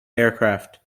aircraft